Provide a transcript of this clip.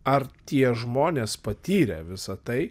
ar tie žmonės patyrę visa tai